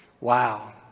Wow